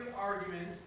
argument